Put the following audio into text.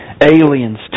Aliens